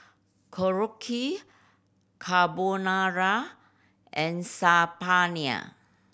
Korokke Carbonara and Saag Paneer